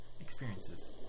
Experiences